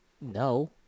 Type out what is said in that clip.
No